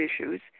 issues